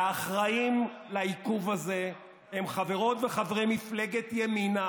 האחראים לעיכוב הזה הם חברות וחברי מפלגת ימינה,